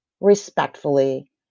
respectfully